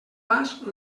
vas